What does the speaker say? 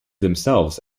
themselves